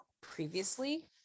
previously